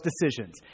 decisions